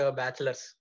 bachelors